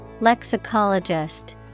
Lexicologist